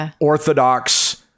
Orthodox